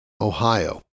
Ohio